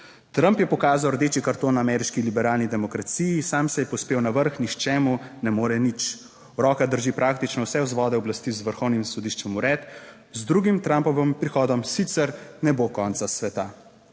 "Trump je pokazal rdeč karton ameriški liberalni demokraciji, sam se je povzpel na vrh, nihče mu ne more nič. V rokah drži praktično vse vzvode oblasti, z vrhovnim sodiščem v red. Z drugim Trumpovim prihodom sicer ne bo konca sveta."